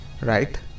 right